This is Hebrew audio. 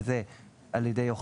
וזה על ידי: א',